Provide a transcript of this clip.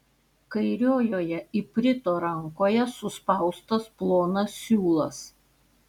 kairiojoje iprito rankoje suspaustas plonas siūlas